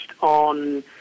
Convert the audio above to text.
on